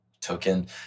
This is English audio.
token